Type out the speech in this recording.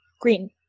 Green